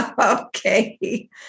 Okay